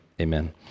Amen